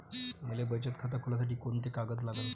मले बचत खातं खोलासाठी कोंते कागद लागन?